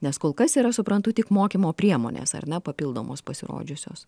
nes kol kas yra suprantu tik mokymo priemonės ar na papildomos pasirodžiusios